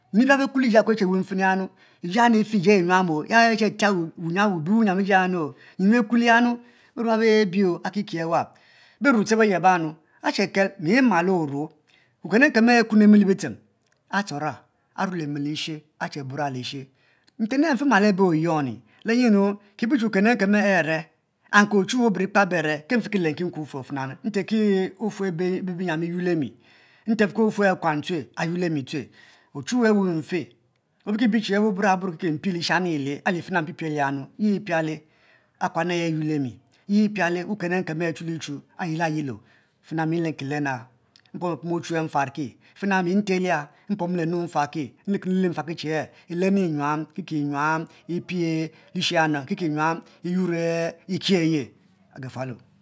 Nyinu ekuale bukule lili ayi be che be wefenu yanu iji aya efe iji ayi nyuamo ya he be che tia bibe wuyian yanu be rue wa biebie akiki wa berue te beye banu ache kel mi malo oruo mom liken akune mi le bitchem, atuora chue limi lishe ache bura lishe benten abe mfi mulo be oyoni le nyi nu ki epie che wuken nkem are and ke ochuwue obukpe be are ki mfi ki lenki nkuom wufuor ebfena nte fe ki wunyiam wuyuel limi ntefe ki akuan ayuele mi, ochuwue awu mfe abi ki bi che ariki burka buro ki mpie ashami ele ali fina mpiepie le anyi fina mpipie yanu. yi piale akuan ayuelemu yi piele wuken eken achuli chu ayi layilo fina milenki lena m faki fina mi ntelia nukile nu mfaki che e elenu nyuam epie eshe ayi kiki nyan m iyuor eki eyie